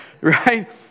right